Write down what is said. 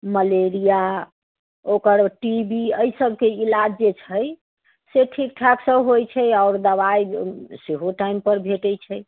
malaria ओकर T B एहि सभके ईलाज जे छै से ठीक ठाकसँ होइत छै आओर दवाइ सेहो टाइम पर भेटैत छै